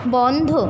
বন্ধ